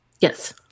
yes